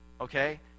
okay